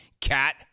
Cat